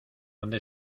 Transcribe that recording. dónde